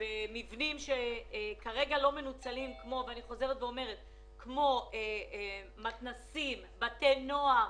מבנים שכרגע לא מנוצלים, כמו מתנ"סים, בתי נוער